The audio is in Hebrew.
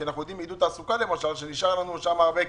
כי אנחנו יודעים מעידוד תעסוקה שנשאר לנו שם הרבה כסף.